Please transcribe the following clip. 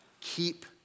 Keep